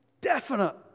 definite